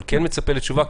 אבל כן מצפה לתשובה,